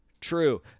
true